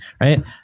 right